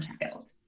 child